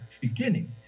beginning